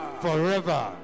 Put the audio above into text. Forever